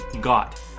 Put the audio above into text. got